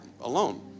alone